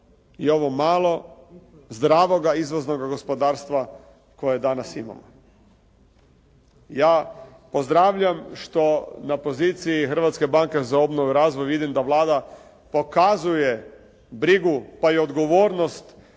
i ovo malo zdravoga izvoznoga gospodarstva koje danas imamo. Ja pozdravljam što na poziciji Hrvatske banke za obnovu i razvoj vidim da Vlada pokazuje brigu pa i odgovornost